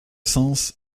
sens